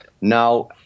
now